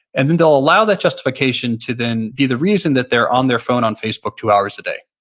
and then, they'll allow that justification to then be the reason that they're on their phone on facebook two hours a day.